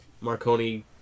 Marconi